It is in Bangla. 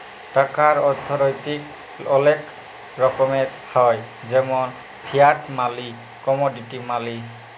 টাকার অথ্থলৈতিক অলেক রকমের হ্যয় যেমল ফিয়াট মালি, কমোডিটি মালি